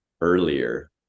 earlier